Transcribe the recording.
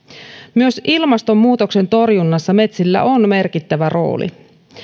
myös ilmastonmuutoksen torjunnassa metsillä on merkittävä rooli